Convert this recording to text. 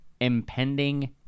impending